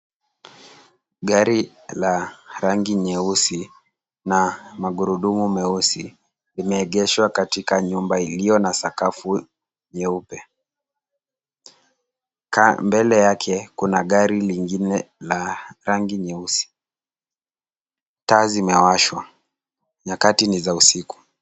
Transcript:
Gari la rangi nyeusi na magurudumu meusi, limeegeshwa katika nyumba iliyo na sakafu nyeupe. Mbele yake kuna gari lingine la rangi nyeusi. Taa zimewashwa. Nyakati ni za usiku.